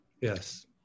Yes